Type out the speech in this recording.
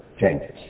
changes